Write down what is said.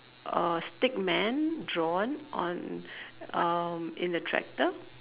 uh stickman drawn on um in the tractor